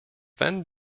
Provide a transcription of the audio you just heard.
wenn